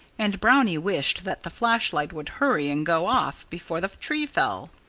and brownie wished that the flash-light would hurry and go off before the tree fell.